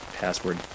password